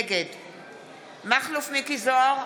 נגד מכלוף מיקי זוהר,